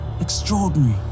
extraordinary